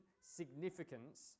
significance